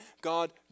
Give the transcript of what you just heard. God